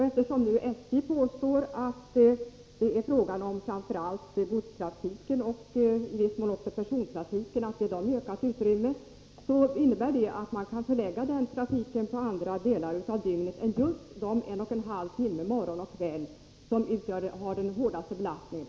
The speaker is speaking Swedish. Eftersom SJ nu påstår att det är fråga om att ge framför allt godstrafiken och i viss mån också persontrafiken ökat utrymme, menar trafikutredarna att det också går att förlägga den trafiken till andra delar av dygnet än just den tid, en och en halv timme morgon och kväll, då Stockholms central har den hårdaste belastningen.